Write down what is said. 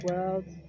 World